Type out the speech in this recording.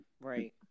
right